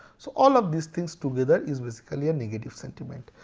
so all of these things together is basically a negative sentiment.